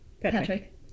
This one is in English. Patrick